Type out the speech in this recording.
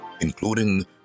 including